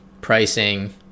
pricing